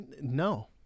No